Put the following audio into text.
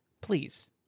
please